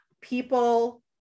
people